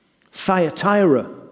Thyatira